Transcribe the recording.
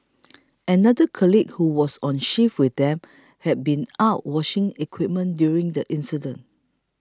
another colleague who was on shift with them had been out washing equipment during the incident